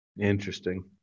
Interesting